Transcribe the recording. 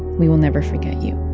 we will never forget you